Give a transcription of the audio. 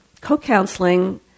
co-counseling